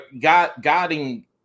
guiding